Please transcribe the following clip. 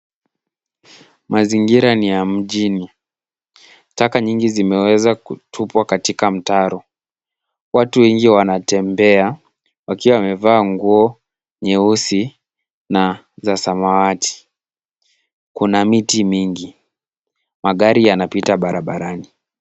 Mazingira ni ya mjini. Taka nyingi zimeweza kutupwa katika mtaro. Watu wengi wanatembea wakiwa wamevaa nguo nyeusi na za samawati. Kuna miti mingi. Magari yanapita barabarani.